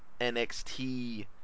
NXT